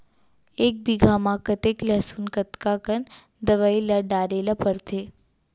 एक बीघा में कतेक लहसुन कतका कन दवई ल डाले ल पड़थे?